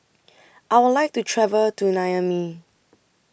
I Would like to travel to Niamey